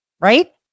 right